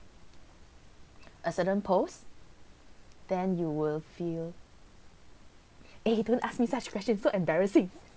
a certain post then you will feel eh don't ask me such question so embarrassing